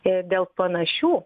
ir dėl panašių